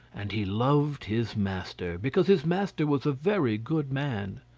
and he loved his master, because his master was a very good man.